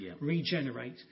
regenerate